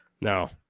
No